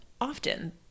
often